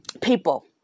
people